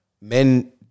men